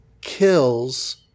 kills